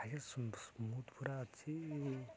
ଆଜ୍ଞା ସ୍ମୁଥ୍ ପୁରା ଅଛି